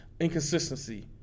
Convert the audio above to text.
inconsistency